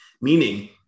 Meaning